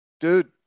dude